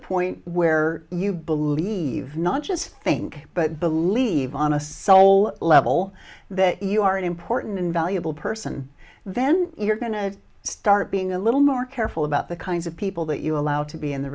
point where you believe not just think but believe on a soul level that you are an important and valuable person then you're going to start being a little more careful about the kinds of people that you allow to be in the